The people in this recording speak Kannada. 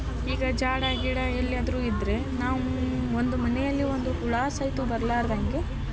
ಈಗ ಜಾಡ ಗೀಡ ಎಲ್ಲಿಯಾದರೂ ಇದ್ದರೆ ನಾವು ಒಂದು ಮನೆಯಲ್ಲಿ ಒಂದು ಹುಳ ಸಹಿತ ಬರಲಾರ್ದಂಗೆ